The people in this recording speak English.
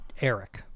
Eric